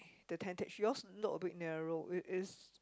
the tentage yours look a bit narrow it is